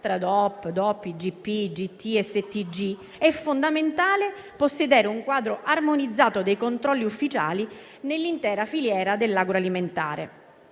(DOP, DOC, IGP, IGT e STG) è fondamentale possedere un quadro armonizzato dei controlli ufficiali nell'intera filiera dell'agroalimentare.